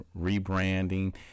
rebranding